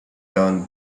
turn